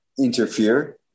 interfere